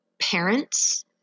parents